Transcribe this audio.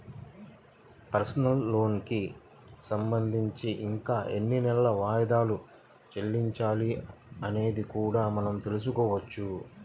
personal లోనుకి సంబంధించి ఇంకా ఎన్ని నెలలు వాయిదాలు చెల్లించాలి అనేది కూడా మనం తెల్సుకోవచ్చు